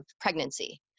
pregnancy